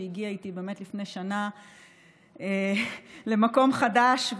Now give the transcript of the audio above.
שהגיע איתי לפני שנה למקום חדש,